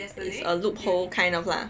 a loop hole kind of lah